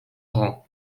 rang